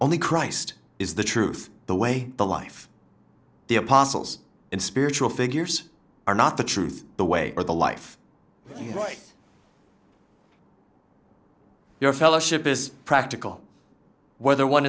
only christ is the truth the way the life the apostles and spiritual figures are not the truth the way or the life right your fellowship is practical whether one